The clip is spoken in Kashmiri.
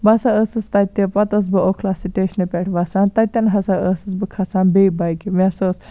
بہٕ ہسا ٲسٕس تَتہِ تہِ پَتہٕ ٲسٕس بہٕ اوٚکھلا سِٹیشنہٕ پٮ۪ٹھ وَسان تَتین ہسا ٲسٕس بہٕ کھسان بیٚیہِ باٮ۪کہِ مےٚ ہسا اوس